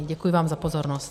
Děkuji vám za pozornost.